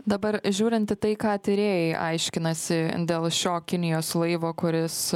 dabar žiūrint į tai ką tyrėjai aiškinasi dėl šio kinijos laivo kuris